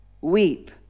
Weep